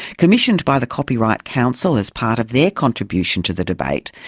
commissioned by the copyright council as part of their contribution to the debate,